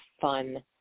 fun